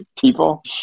people